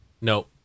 No